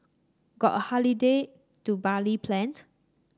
got a holiday to Bali planned